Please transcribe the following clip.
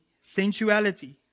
sensuality